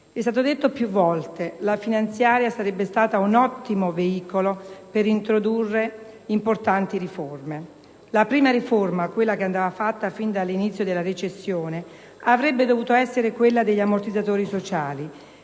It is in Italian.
È stato detto più volte che la finanziaria sarebbe stata un ottimo veicolo per introdurre importanti riforme. La prima riforma, quella che andava fatta fin dall'inizio della recessione, avrebbe dovuto essere quella degli ammortizzatori sociali,